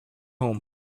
home